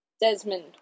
Desmond